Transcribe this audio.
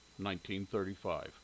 1935